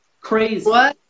crazy